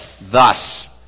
thus